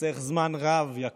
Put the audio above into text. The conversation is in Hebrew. שחוסכות זמן יקר